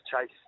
chase